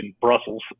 Brussels